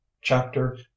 Chapter